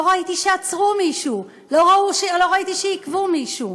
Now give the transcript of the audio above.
לא ראיתי שעצרו מישהו, לא ראיתי שעיכבו מישהו.